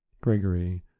Gregory